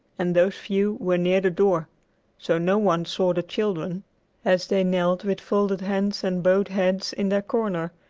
and those few were near the door so no one saw the children as they knelt with folded hands and bowed heads in their corner,